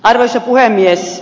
arvoisa puhemies